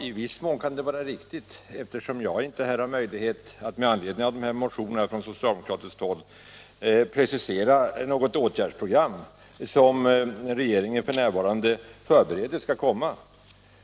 I viss mån kan det vara riktigt eftersom jag inte har möjlighet att med anledning av de här motionerna från socialdemokratiskt håll precisera något åtgärdsprogram, vilket regeringen f.n. förbereder.